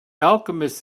alchemist